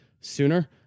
sooner